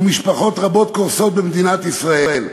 ומשפחות רבות קורסות במדינת ישראל,